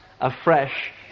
afresh